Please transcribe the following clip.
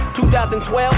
2012